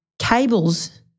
Cables